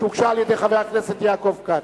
שהוגשה על-ידי חבר הכנסת יעקב כץ.